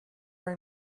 were